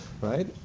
right